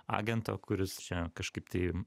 agento kuris čia kažkaip tai